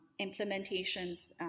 implementations